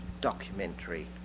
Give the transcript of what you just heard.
documentary